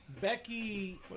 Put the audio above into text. Becky